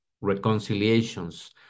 reconciliations